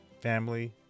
family